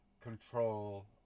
control